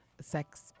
sex